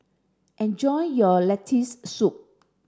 enjoy your Lentil soup